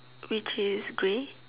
which is grey